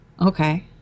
Okay